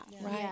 Right